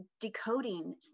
decoding